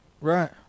right